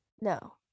no